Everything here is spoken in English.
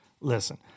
listen